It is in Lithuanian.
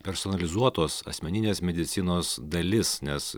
personalizuotos asmeninės medicinos dalis nes